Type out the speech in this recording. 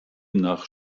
nach